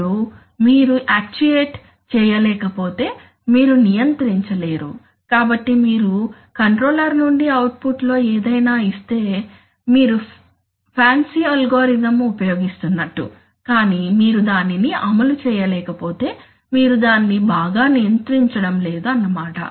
అప్పుడు మీరు యాక్చుయేట్ చేయలేక పోతే మీరు నియంత్రించలేరు కాబట్టి మీరు కంట్రోలర్ నుండి అవుట్పుట్లో ఏదైనా ఇస్తే మీరు ఫాన్సీ అల్గోరిథం ఉపయోగిస్తున్నట్టు కానీ మీరు దానిని అమలు చేయలేకపోతే మీరు దాన్ని బాగా నియంత్రించడం లేదు అన్నమాట